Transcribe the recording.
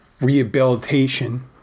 rehabilitation